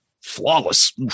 flawless